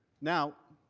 now,